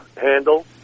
handle